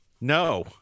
No